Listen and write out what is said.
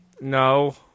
No